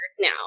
now